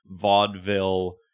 vaudeville